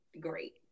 great